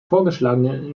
vorgeschlagenen